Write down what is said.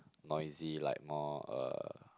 noisy like more uh